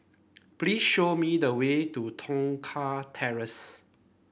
please show me the way to Tong Terrace